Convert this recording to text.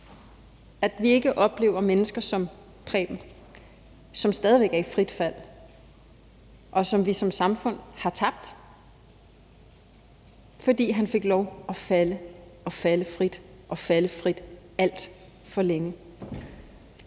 at vi ikke oplever mennesker som Preben, som stadig væk er i frit fald, og som vi som samfund har tabt, fordi han fik lov at falde og falde frit og falde frit alt for længe.